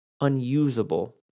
unusable